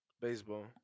Baseball